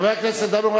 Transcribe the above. חבר הכנסת דנון,